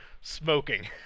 smoking